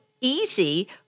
easy